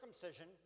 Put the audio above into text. circumcision